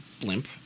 blimp